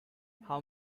how